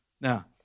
Now